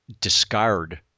discard